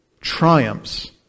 triumphs